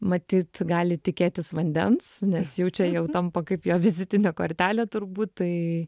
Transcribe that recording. matyt gali tikėtis vandens nes jau čia jau tampa kaip jo vizitinė kortelė turbūt tai